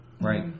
Right